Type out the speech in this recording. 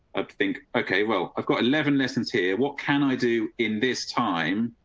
think ok well, i've got eleven lessons here. what can i do in this time?